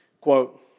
Quote